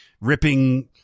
ripping